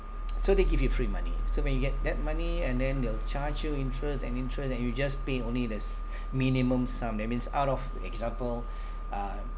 so they give you free money so when you get that money and then they'll charge you interest and interest and you just pay only this minimum sum that means out of example uh